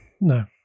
No